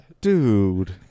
Dude